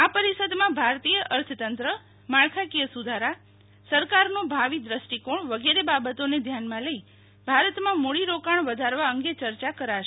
આ પરિષદમાં ભારતીય અર્થતંત્ર માળખાકીય સુધારા સરકારનો ભાવિ દ્રષ્ટિકોણ વગેરે બાબતોને ધ્યાનમાં લઈ ભારતમાં મૂડીરોકાણ વધારવા અંગે ચર્ચા કરાશે